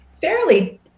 fairly